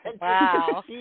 Wow